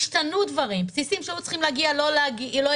השתנו דברים בסיסים שהיו צריכים להגיע לא הגיעו.